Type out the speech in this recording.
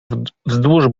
wzdłuż